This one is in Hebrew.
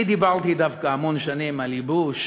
אני דיברתי דווקא המון שנים על ייבוש